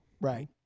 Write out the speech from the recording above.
Right